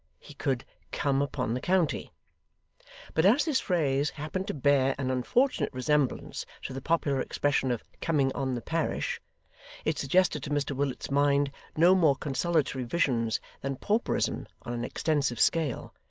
he could come upon the county but as this phrase happened to bear an unfortunate resemblance to the popular expression of coming on the parish it suggested to mr willet's mind no more consolatory visions than pauperism on an extensive scale,